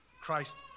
Christ